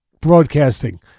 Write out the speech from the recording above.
broadcasting